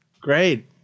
Great